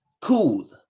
cool